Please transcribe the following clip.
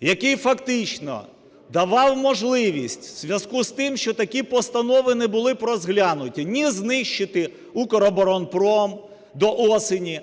який фактично давав можливість у зв'язку з тим, що такі постанови не були розглянути, ні знищити "Укроборонпром" до осені,